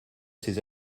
ces